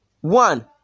One